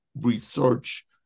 research